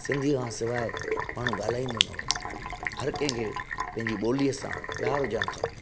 सिंधीअ खां सवाइ माण्हू ॻाल्हाईंदो न हुओ हरि कंहिंखे पंहिंजी ॿोलीअ सां प्यारु हुजणु खपे